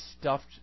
stuffed